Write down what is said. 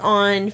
on